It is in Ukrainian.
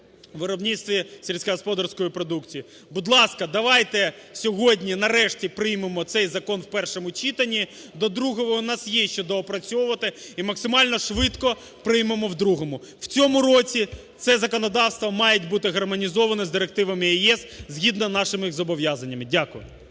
виробництві сільськогосподарської продукції. Будь ласка, давайте сьогодні, нарешті, приймемо цей закон в першому читанні, до другого у нас є що доопрацьовувати, і максимально швидко приймемо в другому. В цьому році це законодавство має бути гармонізоване з директивами ЄС згідно нашими їх зобов'язаннями. Дякую.